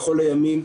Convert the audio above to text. בכל הימים,